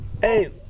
Hey